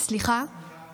מה שאת הבאת נשאר.